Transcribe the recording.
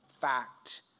fact